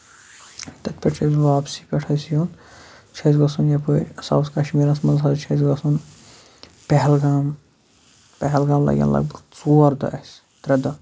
تَتہِ پٮ۪ٹھ چھُ اَسہِ واپسی پٮ۪ٹھ اسہِ یُن چھُ اَسہِ گژھُن یَپٲرۍ ساوُتھ کَشمیٖرَس منٛز حظ چھُ اَسہِ گژھُن پہلگام پہلگام لگن لگ بگ اَسہِ ژور دۄہ اَسہِ ترے دۄہ